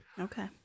Okay